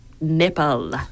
Nipple